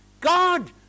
God